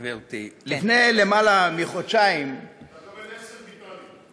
לפני למעלה מחודשיים, חבר הכנסת ביטן,